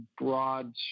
broad